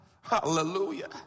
Hallelujah